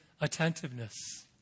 attentiveness